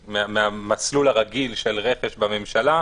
מהמסלול הרגיל של רכש בממשלה.